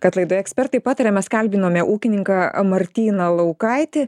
kad laidoje ekspertai pataria mes kalbinome ūkininką martyną laukaitį